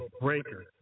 breaker